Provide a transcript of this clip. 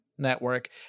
network